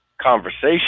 conversation